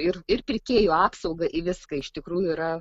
ir ir pirkėjų apsaugą į viską iš tikrųjų yra